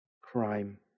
crime